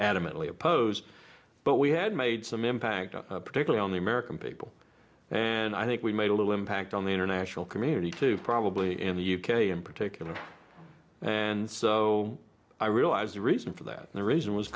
adamantly opposed but we had made some impact on particular on the american people and i think we made a little impact on the international community to probably in the u k in particular and so i realized the reason for that the reason was